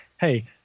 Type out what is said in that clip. hey